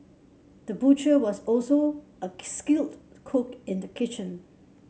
the butcher was also a skilled cook in the kitchen